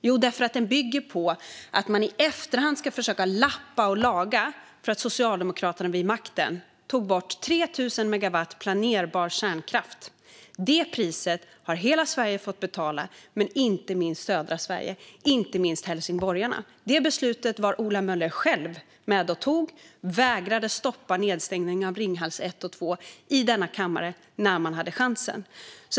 Jo, den bygger på att man i efterhand ska försöka lappa och laga, eftersom Socialdemokraterna när de satt vid makten tog bort 3 000 megawatt planerbar kärnkraft. Priset för det har hela Sverige fått betala, inte minst södra Sverige och inte minst helsingborgarna. Det beslutet var Ola Möller själv med och tog. Man vägrade att i denna kammare stoppa nedstängningen av Ringhals 1 och 2 när man hade chansen.